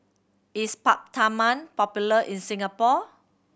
is Peptamen popular in Singapore